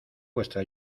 vuestra